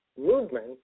movement